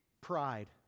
pride